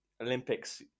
Olympics